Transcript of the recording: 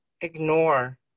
ignore